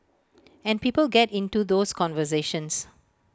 and people get into those conversations